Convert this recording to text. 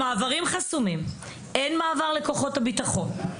המערבים היו חסומים, אין מעבר לכוחות הביטחון,